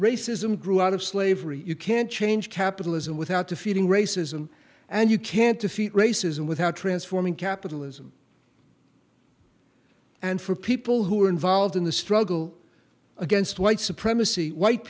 racism grew out of slavery you can't change capitalism without defeating racism and you can't defeat racism without transforming capitalism and for people who are involved in the struggle against white supremacy white